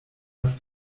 das